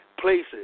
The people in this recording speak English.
places